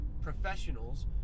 professionals